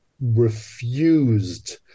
refused